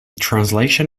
translation